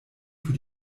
für